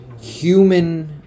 human